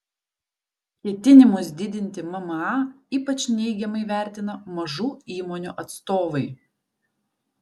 ketinimus didinti mma ypač neigiamai vertina mažų įmonių atstovai